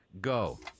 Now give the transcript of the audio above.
go